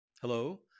Hello